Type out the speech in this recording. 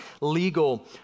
legal